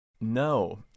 No